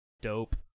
Dope